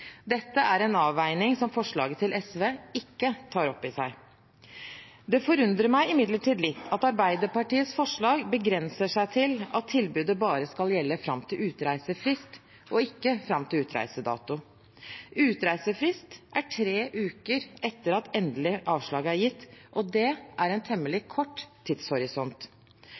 Dette er en avveining som forslaget til SV ikke tar opp i seg. Det forundrer meg imidlertid litt at Arbeiderpartiets forslag begrenser seg til at tilbudet bare skal gjelde fram til utreisefrist og ikke fram til utreisedato. Utreisefrist er tre uker etter at endelig avslag er gitt, og det er en temmelig kort tidshorisont.